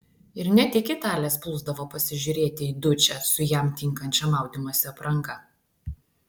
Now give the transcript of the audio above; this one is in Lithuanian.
ir ne tik italės plūsdavo pasižiūrėti į dučę su jam tinkančia maudymosi apranga